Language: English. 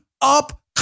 up